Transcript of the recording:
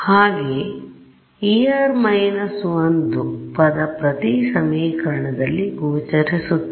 ಹಾಗೆ εr − 1 ಪದ ಪ್ರತಿ ಸಮೀಕರಣದಲ್ಲಿ ಗೋಚರಿಸುತ್ತದೆ